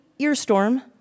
Earstorm